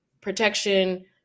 protection